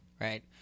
Right